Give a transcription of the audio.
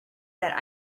that